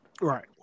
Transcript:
Right